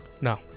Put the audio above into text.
No